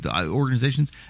organizations